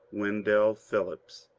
wen dell phillips,